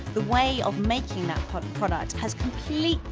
the way of making that but and product has completely,